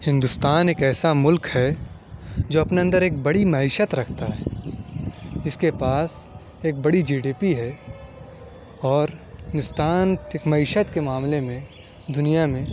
ہندوستان ایک ایسا ملک ہے جو اپنے اندر ایک بڑی معیشت رکھتا ہے جس کے پاس ایک بڑی جی ڈی پی ہے اور ہندوستان معیشت کے معاملے میں دنیا میں